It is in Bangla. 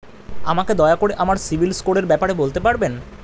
আমাকে দয়া করে আমার সিবিল স্কোরের ব্যাপারে বলতে পারবেন?